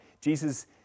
Jesus